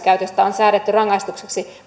säädetty rangaistukseksi vähintään yksi